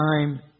time